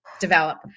develop